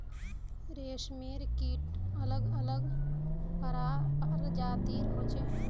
रेशमेर कीट अलग अलग प्रजातिर होचे